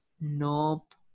nope